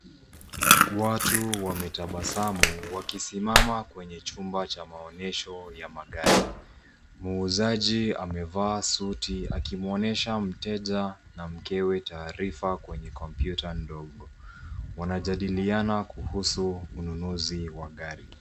Watu wametabasamu wakisimama kwenye chumba cha maonyesho ya magari. Muuzaji amevaa suti akimwonyesha mteja na mkewe taarifa kwenye kompyuta ndogo. Wanajadiliana kuhusu ununuzi wa gari.